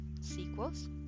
sequels